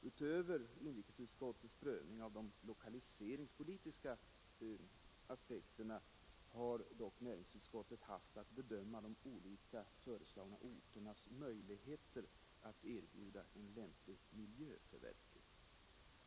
Utöver inrikesutskottets prövning av de lokaliseringspolitiska aspekterna har dock näringsutskottet haft att bedöma de olika föreslagna orternas möjligheter att erbjuda en lämplig miljö för verket.